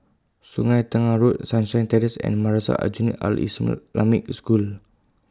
Sungei Tengah Road Sunshine Terrace and Madrasah Aljunied Al School